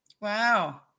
Wow